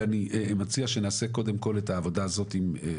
ואני מציע שנעשה קודם כל את העבודה הזו.